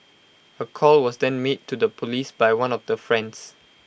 A call was then made to the Police by one of the friends